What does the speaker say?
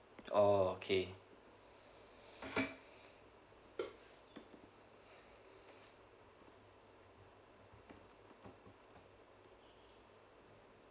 oh okay